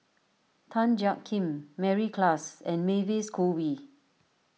Tan Jiak Kim Mary Klass and Mavis Khoo Oei